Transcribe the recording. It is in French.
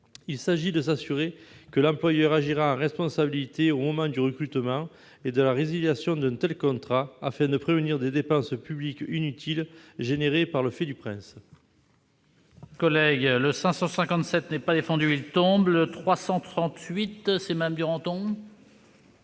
Il s'agit de s'assurer que l'employeur agira en responsabilité au moment du recrutement et de la résiliation d'un tel contrat, afin d'éviter des dépenses publiques inutiles provoquées par le fait du prince.